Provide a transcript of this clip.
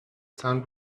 sun